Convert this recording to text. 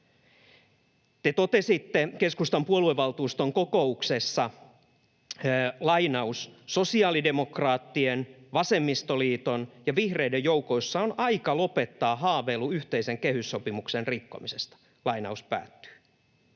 Te totesitte keskustan puoluevaltuuston kokouksessa: ”Sosiaalidemokraattien, vasemmistoliiton ja vihreiden joukoissa on aika lopettaa haaveilu yhteisen kehyssopimuksen rikkomisesta.” Nyt pitää